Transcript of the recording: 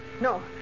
No